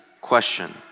question